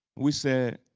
we said,